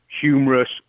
humorous